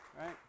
right